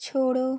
छोड़ो